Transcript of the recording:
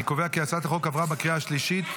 אני קובע כי הצעת החוק עברה בקריאה השלישית,